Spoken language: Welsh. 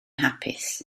hapus